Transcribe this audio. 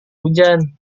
hujan